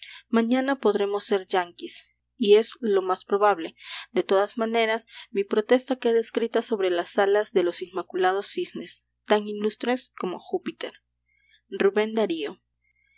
mañana podremos ser yanquis y es lo más probable de todas maneras mi protesta queda escrita sobre las alas de los inmaculados cisnes tan ilustres como júpiter right